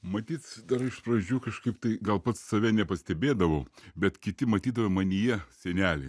matyt dar iš pradžių kažkaip tai gal pats save nepastebėdavau bet kiti matydavo manyje senelį